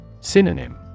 Synonym